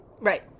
Right